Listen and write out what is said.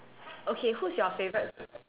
okay who's your favourite